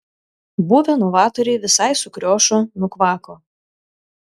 buvę novatoriai visai sukriošo nukvako